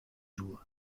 jouent